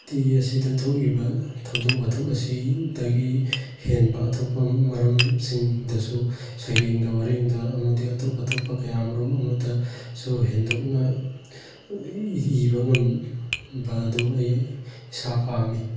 T ꯑꯁꯤꯗ ꯊꯣꯛꯏꯕ ꯊꯧꯗꯣꯛ ꯋꯥꯊꯣꯛ ꯑꯁꯤꯗꯒꯤ ꯍꯦꯟꯕ ꯑꯇꯣꯞꯄ ꯃꯔꯝꯁꯤꯡꯗꯁꯨ ꯁꯩꯔꯦꯡꯗ ꯋꯥꯔꯦꯡꯗ ꯑꯃꯗꯤ ꯑꯇꯣꯞ ꯑꯇꯣꯞꯄ ꯀꯌꯥꯃꯔꯨꯝ ꯑꯃꯗꯁꯨ ꯍꯦꯟꯗꯣꯛꯅ ꯏꯕ ꯉꯝꯕ ꯑꯗꯨ ꯑꯩ ꯏꯁꯥ ꯄꯥꯝꯃꯤ